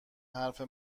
حرفه